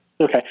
Okay